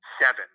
seven